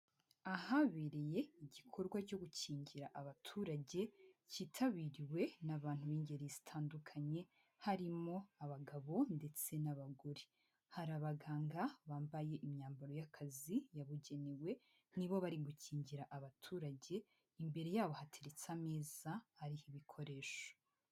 Ahabereye igikorwa cyo gukingira abaturage, kitabiriwe n'abantu b'ingeri zitandukanye, harimo abagabo n'abagore. Hari abaganga bambaye imyambaro y'akazi yabugenewe, nibo bari gukingira abaturage, imbere yabo hateretse ameza ariho ibikoresho.